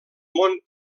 món